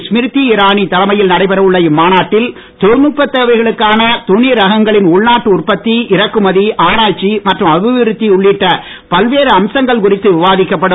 ஸ்மிரிதி இரானி தலைமையில் நடைபெற உள்ள இம்மாநாட்டில் தொழல்நுட்பத் தேவைகளுக்கான துணி ரகங்களின் உள்நாட்டு உற்பத்தி இறக்குமதி ஆராய்ச்சி மற்றும் அபிவிருத்தி உள்ளிட்ட பல்வேறு அம்சங்கள் குறித்து விவாதிக்கப்படும்